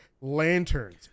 Lanterns